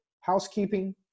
housekeeping